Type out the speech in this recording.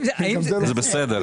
זה בסדר.